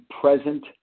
present